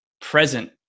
present